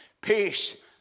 Peace